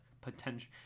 potential